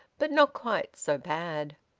but not quite so bad.